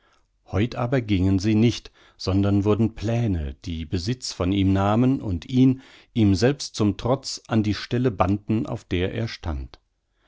heut aber gingen sie nicht sondern wurden pläne die besitz von ihm nahmen und ihn ihm selbst zum trotz an die stelle bannten auf der er stand